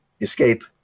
escape